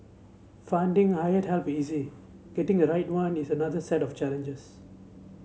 finding hired help easy getting the right one is another set of challenges